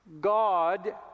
God